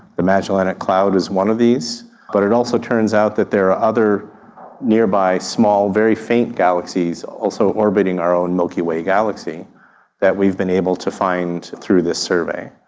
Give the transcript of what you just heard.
the magellanic cloud is one of these, but it also turns out that there are other nearby small very faint galaxies also orbiting our own milky way galaxy that we've been able to find through this survey.